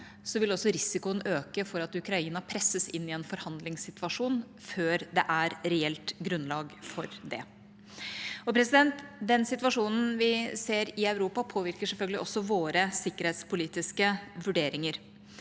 vil også risikoen øke for at Ukraina presses inn i en forhandlingssituasjon før det er reelt grunnlag for det. Den situasjonen vi ser i Europa, påvirker selvfølgelig også våre sikkerhetspolitiske vurderinger.